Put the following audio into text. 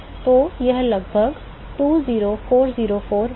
तो यह लगभग 20404 होगा